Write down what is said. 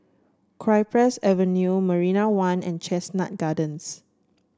Cypress Avenue Marina One and Chestnut Gardens